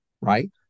right